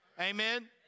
Amen